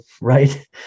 right